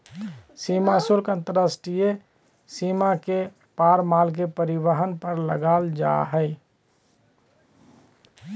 सीमा शुल्क अंतर्राष्ट्रीय सीमा के पार माल के परिवहन पर लगाल जा हइ